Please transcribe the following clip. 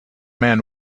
man